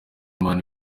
mani